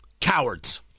Cowards